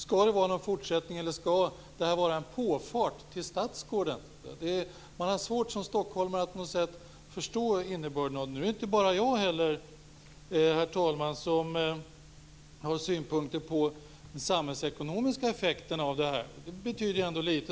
Skall det bli någon fortsättning eller skall Södra länken vara en påfart till Stadsgården? Som stockholmare har man svårt att förstå innebörden. Herr talman! Det är inte bara jag som har synpunkter på de samhällsekonomiska effekterna.